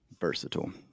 Versatile